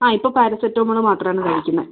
yes ഇപ്പൊ paracetamol മാത്രമാണ് കഴിക്കുന്നേ